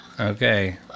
Okay